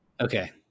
Okay